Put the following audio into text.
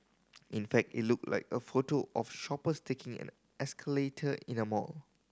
in fact it looked like a photo of shoppers taking an escalator in a mall